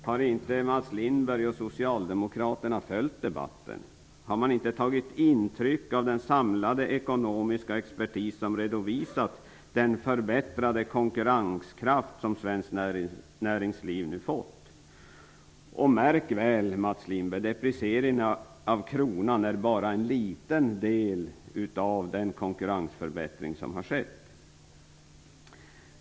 Har inte Mats Lindberg och Socialdemokraterna följt debatten? Har de inte tagit intryck av den samlade ekonomiska expertis som redovisat den förbättrade konkurrenskraft som svenskt näringsliv nu fått? Märk väl, Mats Lindberg, att deprecieringen av kronan bara har bidragit med en liten del till den konkurrensförbättring som har skett.